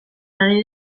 ari